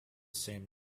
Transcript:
same